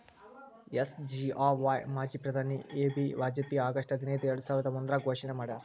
SGRY ಮಾಜಿ ಪ್ರಧಾನಿ A B Vajpayee August ಹದಿನೈದು ಎರ್ಡಸಾವಿರದ ಒಂದ್ರಾಗ ಘೋಷಣೆ ಮಾಡ್ಯಾರ